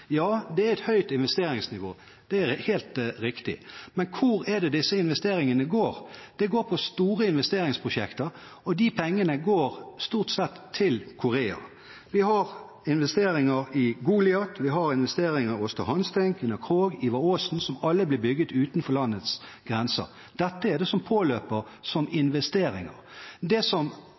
Ja, det er et høyt investeringsnivå, det er helt riktig. Men hvor er det disse investeringene går? De går til store investeringsprosjekter, og pengene går stort sett til Korea. Vi har investeringer i Goliat, vi har investeringer i Aasta Hansteen, Gina Krog og Ivar Aasen, som alle ble bygd utenfor landets grenser. Dette er det som påløper som investeringer. Etter min mening og som